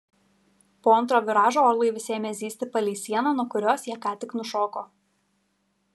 po antro viražo orlaivis ėmė zyzti palei sieną nuo kurios jie ką tik nušoko